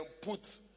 put